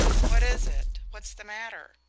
what is it? what's the matter?